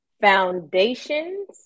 Foundations